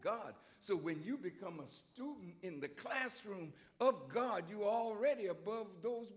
god so when you become a student in the classroom of god you already are above those